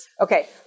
Okay